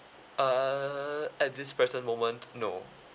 err at this present moment no